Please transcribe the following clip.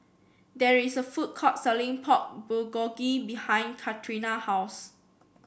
there is a food court selling Pork Bulgogi behind Katrina house